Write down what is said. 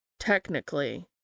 Technically